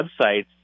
websites